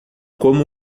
como